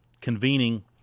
convening